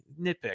nitpick